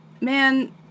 Man